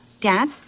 Dad